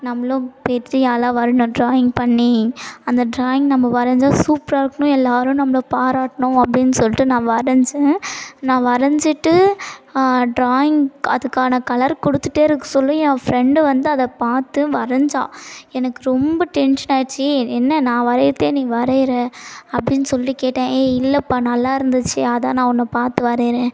நம்மளும் பெரிய ஆளாக வரணும் ட்ராயிங் பண்ணி அந்த ட்ராயிங் நம்ம வரைஞ்சா சூப்பராயிருக்கணும் எல்லோரும் நம்பளை பாராட்டணும் அப்படின்னு சொல்லிட்டு நான் வரைஞ்சேன் நான் வரைஞ்சிட்டு ட்ராயிங் அதுக்கான கலர் கொடுத்துட்டேயிருக்க சொல்ல என் ஃப்ரெண்டு வந்து அதை பார்த்து வரைஞ்சா எனக்கு ரொம்ப டென்ஷனாயிருச்சு என்ன நான் வரையிறதேயே நீ வரைகிற அப்படின்னு சொல்லிட்டு கேட்டேன் ஏய் இல்லைப்பா நல்லாயிருந்துச்சு அதுதான் நான் உன்னை பார்த்து வரைகிறேன்